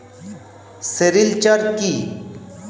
Sericulture কি?